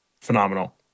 phenomenal